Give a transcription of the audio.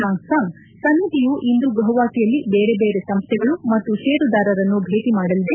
ಸಾಂಗ್ನನ್ ಸಮಿತಿಯು ಇಂದು ಗುವಾಹಟಿಯಲ್ಲಿ ಬೇರೆ ಬೇರೆ ಸಂಸ್ಥೆಗಳು ಮತ್ತು ಷೇರುದಾರರನ್ನು ಭೇಟ ಮಾಡಲಿದೆ